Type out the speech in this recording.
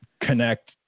connect